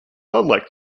unlike